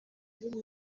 rimwe